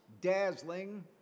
dazzling